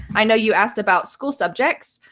i know you asked about school subjects,